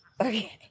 Okay